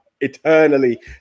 eternally